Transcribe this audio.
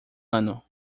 ano